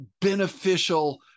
beneficial